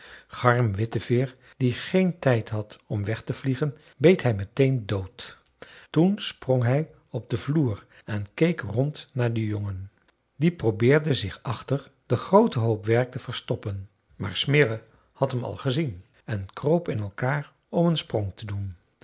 garm witteveer die geen tijd had om weg te vliegen beet hij meteen dood toen sprong hij op den vloer en keek rond naar den jongen die probeerde zich achter den grooten hoop werk te verstoppen maar smirre had hem al gezien en kroop in elkaar om een sprong te doen